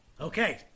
Okay